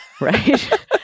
right